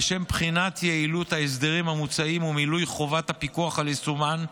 לשם בחינת יעילות ההסדרים המוצעים ומילוי חובת הפיקוח על יישומם,